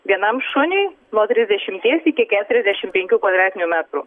vienam šuniui nuo trisdešimties iki keturiasdešimt penkių kvadratinių metrų